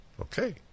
Okay